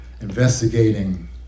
investigating